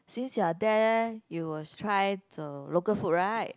since you are there you will try the local food right